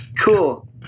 cool